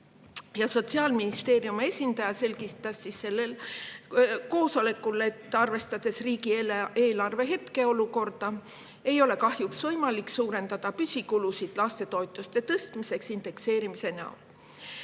Sotsiaalministeeriumi esindaja selgitas koosolekul, et arvestades riigieelarve hetkeolukorda, ei ole kahjuks võimalik suurendada püsikulusid lastetoetuste tõstmiseks indekseerimise näol.